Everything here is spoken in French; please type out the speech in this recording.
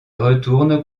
retourne